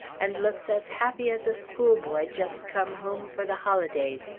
and looks as happy as a schoolboy just come home for the holidays,